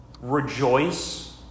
rejoice